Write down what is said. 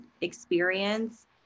experience